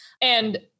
And-